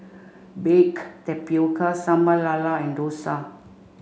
Baked Tapioca Sambal Lala and Dosa